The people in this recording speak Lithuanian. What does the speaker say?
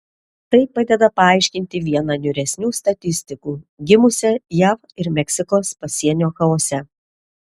tai padeda paaiškinti vieną niūresnių statistikų gimusią jav ir meksikos pasienio chaose